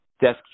desk